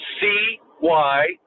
C-Y